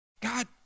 God